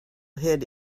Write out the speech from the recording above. hid